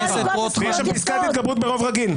--- יש שם פסקת התגברות ברוב רגיל.